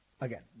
again